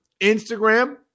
Instagram